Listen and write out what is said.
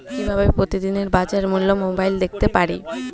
কিভাবে প্রতিদিনের বাজার মূল্য মোবাইলে দেখতে পারি?